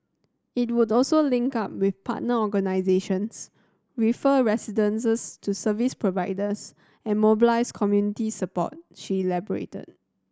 it would also link up with partner organisations refer residents to service providers and mobilise community support she elaborated